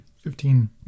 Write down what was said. Fifteen